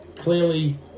clearly